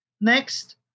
Next